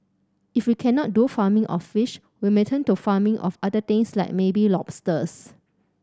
if we cannot do farming of fish we may turn to farming of other things like maybe lobsters